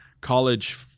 college